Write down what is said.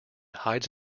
hides